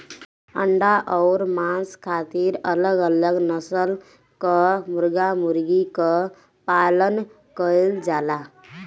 अंडा अउर मांस खातिर अलग अलग नसल कअ मुर्गा मुर्गी कअ पालन कइल जाला